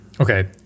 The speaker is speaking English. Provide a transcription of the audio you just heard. Okay